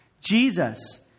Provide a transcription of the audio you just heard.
Jesus